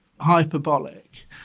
hyperbolic